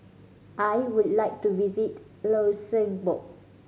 I would like to visit Luxembourg